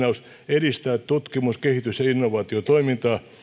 edistää tutkimus kehitys ja innovaatiotoimintaa